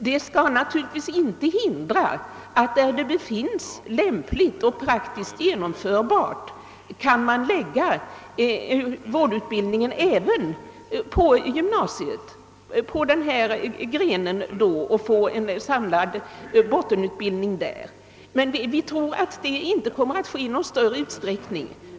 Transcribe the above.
Detta skall naturligtvis inte hindra att vårdutbildning när så befinnes lämpligt och praktiskt genomförbart lämnas även på gymnasiet, där en samlad bottenutbildning kan ges. Vi tror dock inte att detta kommer att ske i någon större utsträckning.